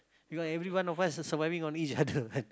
because everyone of us surviving on each other